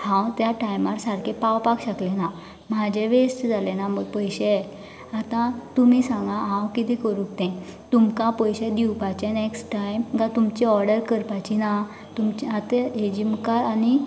हांव त्या टायमार सारकें पावपाक शकलें ना म्हाजे वेस्ट जालें ना पयशे आता तुमी सांगा हांव कितें करू तें तुमकां पयशे दिवपाचे नेक्स्ट टायम कांय तुमची ऑर्डर करपाची ना तुमचें आता तें हेजे मुखार आनी